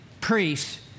priests